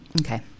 Okay